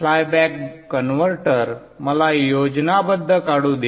flyback converter मला योजनाबद्ध काढू दे